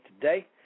Today